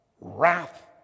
wrath